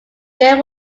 bill